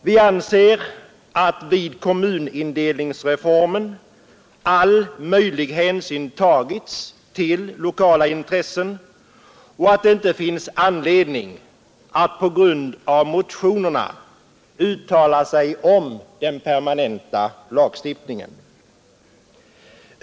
De anser att vid kommunindelningsreformen all möjlig hänsyn tagits till lokala intressen och att det inte finns anledning att på grund av motionerna uttala sig om den permanenta lagstiftningen.